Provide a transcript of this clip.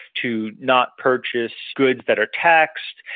to not purchase goods that are taxed,